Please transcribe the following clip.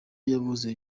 yavuze